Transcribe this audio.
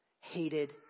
hated